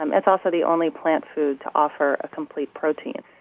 um it's also the only plant food to offer a complete protein.